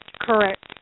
Correct